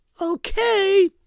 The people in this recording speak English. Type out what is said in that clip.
Okay